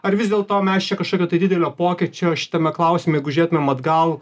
ar vis dėlto mes čia kažkokio tai didelio pokyčio šitame klausime jeigu žiūrėtumėm atgal